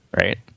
Right